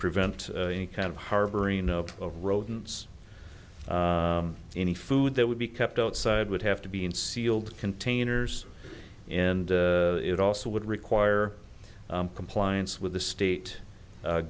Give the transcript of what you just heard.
prevent any kind of harboring of rodents any food that would be kept outside would have to be in sealed containers and it also would require compliance with the state